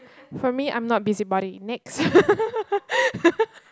for me I'm not busybody next